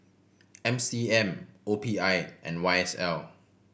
M C M O P I and Y S L